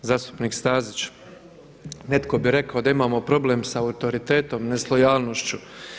Zastupnik Stazić, netko bi rekao da imamo problem sa autoritetom, ne s lojalnošću.